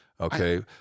Okay